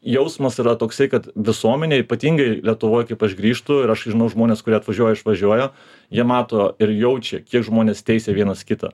jausmas yra toksai kad visuomenė ypatingai lietuvoj kaip aš grįžtu ir aš žinau žmonės kurie atvažiuoja išvažiuoja jie mato ir jaučia kiek žmonės teisia vienas kitą